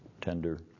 tender